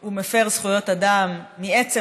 הוא מפר זכויות אדם מעצם